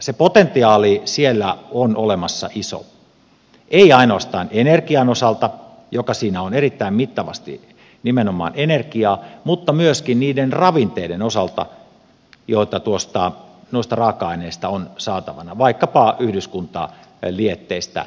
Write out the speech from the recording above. se potentiaali siellä on olemassa iso ei ainoastaan energian osalta joka siinä on erittäin mittavasti nimenomaan energia mutta myöskin niiden ravinteiden osalta joita noista raaka aineista on saatavana vaikkapa yhdyskuntalietteistä jätteistä